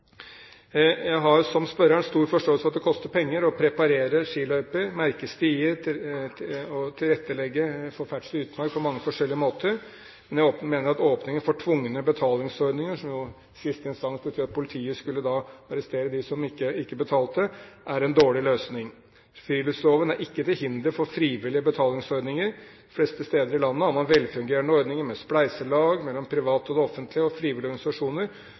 Jeg har, som spørreren, stor forståelse for at det koster penger å preparere skiløyper, merke stier og tilrettelegge for ferdsel i utmark på mange forskjellige måter. Men jeg mener at åpningen for tvungne betalingsordninger, som i siste instans betyr at politiet skulle arrestere dem som ikke betalte, er en dårlig løsning. Friluftsloven er ikke til hinder for frivillige betalingsordninger. De fleste steder i landet har man velfungerende ordninger med spleiselag mellom private og det offentlige og frivillige organisasjoner.